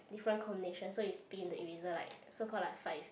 different combinations so you spin the eraser like so call like fight